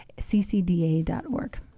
CCDA.org